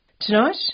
Tonight